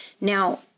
Now